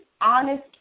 honest